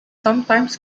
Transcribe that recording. sometimes